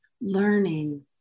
learning